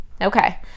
Okay